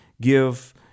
give